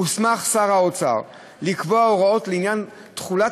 הוסמך שר האוצר לקבוע הוראות לעניין תחולת